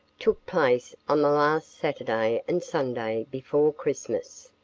took place on the last saturday and sunday before christmas.